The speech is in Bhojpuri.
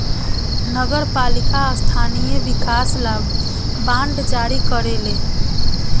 नगर पालिका स्थानीय विकास ला बांड जारी करेले